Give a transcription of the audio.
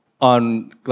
on